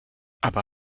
aber